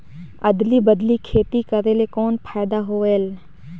अदली बदली खेती करेले कौन फायदा होयल?